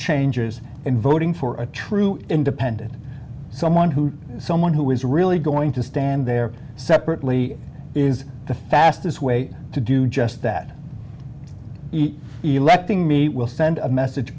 changes in voting for a true independent someone who is someone who is really going to stand there separately is the fastest way to do just that electing me will send a message